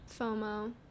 FOMO